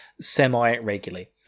semi-regularly